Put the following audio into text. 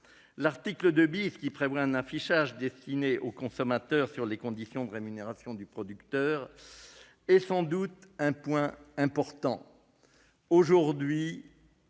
L'article 2, qui prévoit un affichage destiné au consommateur sur les conditions de rémunération du producteur, est sans nul doute important.